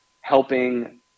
helping